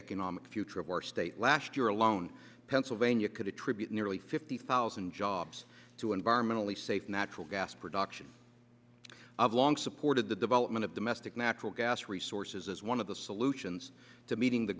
economic future of our state last year alone pennsylvania could attribute nearly fifty thousand jobs to environmentally safe natural gas production of long supported the development of domestic natural gas resources as one of the solutions to meeting the